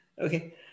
Okay